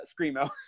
Screamo